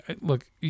look